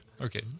Okay